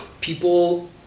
people